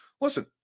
listen